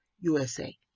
USA